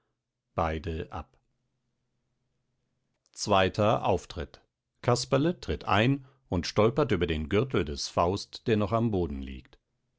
beide ab zweiter auftritt casperle tritt ein und stolpert über den gürtel des faust der noch am boden liegt